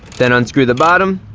then unscrew the bottom.